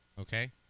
Okay